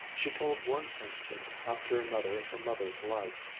she told one incident after another of her mother's life,